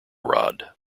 rod